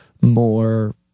more